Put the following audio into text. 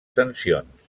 sancions